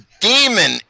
demon